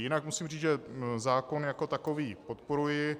Jinak musím říct, že zákon jako takový podporuji.